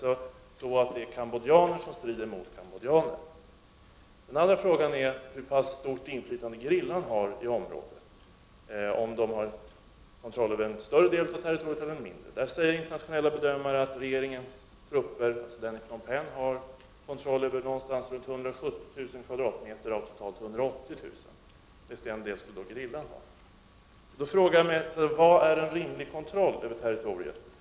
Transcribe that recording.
Det är alltså cambodjaner som strider mot cambodjaner. Den andra frågan är hur pass stort inflytande gerillan har i området, och huruvida de har kontroll över en större del av territoriet eller en mindre del. Där säger internationella bedömare att Phnom Penh-regeringens trupper har kontroll över runt 170000 m? av totalt 180.000 m?, och resten behärskas av gerillan. Vad utgör en rimlig kontroll över territoriet?